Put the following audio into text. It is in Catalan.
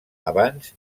abans